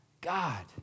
God